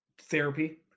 therapy